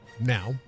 now